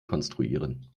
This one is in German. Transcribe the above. konstruieren